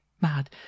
Mad